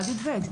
עד י"ב.